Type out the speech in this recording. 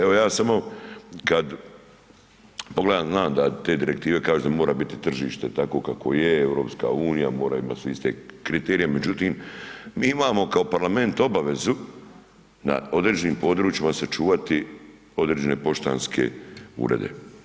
Evo ja sad samo kad pogledam znam da te direktive kažu da mora biti tržište takvo kakvo je, EU mora imati sve iste kriterije, međutim mi imamo kao Parlament obavezu na određenim područjima sačuvati određene poštanske urede.